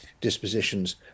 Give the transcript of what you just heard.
dispositions